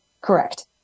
Correct